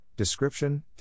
description